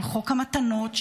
חוק המתנות,